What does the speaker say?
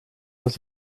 muss